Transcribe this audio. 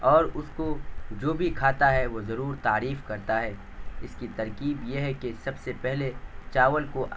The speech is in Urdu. اور اس کو جو بھی کھاتا ہے وہ ضرور تعریف کرتا ہے اس کی ترکیب یہ ہے کہ سب سے پہلے چاول کو